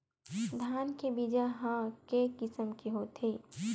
धान के बीजा ह के किसम के होथे?